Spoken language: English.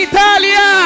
Italia